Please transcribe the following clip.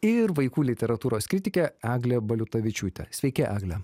ir vaikų literatūros kritikė eglė baliutavičiūtė sveiki egle